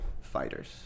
fighters